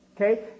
Okay